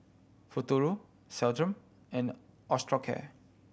Futuro Centrum and Osteocare